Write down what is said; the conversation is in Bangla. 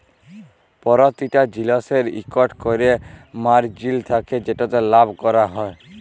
পরতিটা জিলিসের ইকট ক্যরে মারজিল থ্যাকে যেটতে লাভ ক্যরা যায়